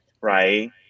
right